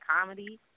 comedy